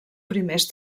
primers